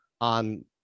on